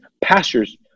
Pastures